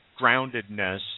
groundedness